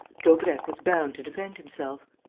daubrecq was bound to defend himself.